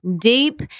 deep